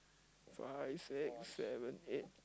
five six seven eight